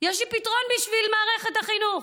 יש לי פתרון בשביל מערכת החינוך: